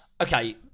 Okay